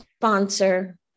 sponsor